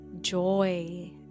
joy